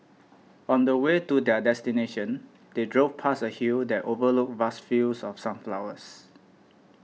on the way to their destination they drove past a hill that overlooked vast fields of sunflowers